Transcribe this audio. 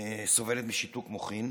סובלת משיתוק מוחין,